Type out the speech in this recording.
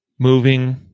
moving